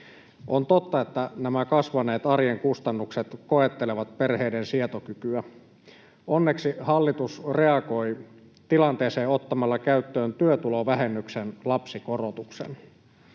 On totta, että nämä kasvaneet arjen kustannukset koettelevat perheiden sietokykyä. Onneksi hallitus reagoi tilanteeseen ottamalla käyttöön työtulovähennyksen lapsikorotuksen.